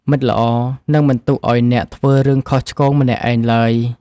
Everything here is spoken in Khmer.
មិត្តល្អនឹងមិនទុកឱ្យអ្នកធ្វើរឿងខុសឆ្គងម្នាក់ឯងឡើយ។